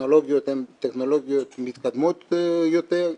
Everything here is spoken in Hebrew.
הטכנולוגיות הן טכנולוגיות מתקדמות יותר.